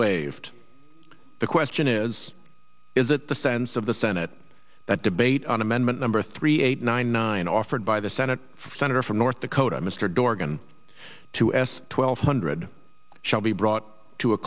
waived the question is is that the sense of the senate that debate on amendment number three eight nine nine offered by the senate senator from north dakota mr dorgan to s twelve hundred shall be brought to a